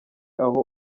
aho